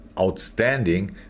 outstanding